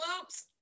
Loops